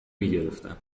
میگرفتن